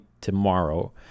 tomorrow